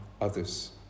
others